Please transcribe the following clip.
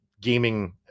gaming